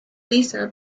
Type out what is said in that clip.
lisa